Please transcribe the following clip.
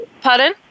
Pardon